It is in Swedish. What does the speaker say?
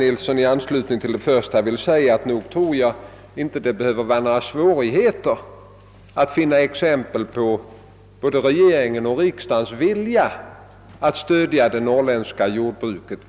I anslutning till det första vill jag ändå säga att jag inte tror att det skall vara svårt att finna exempel på både regeringens och riksdagens vilja att stödja det norrländska jordbruket.